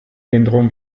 viendront